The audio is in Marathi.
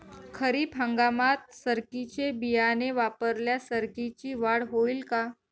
खरीप हंगामात सरकीचे बियाणे वापरल्यास सरकीची वाढ होईल का?